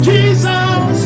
Jesus